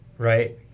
Right